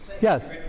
Yes